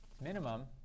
Minimum